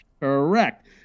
correct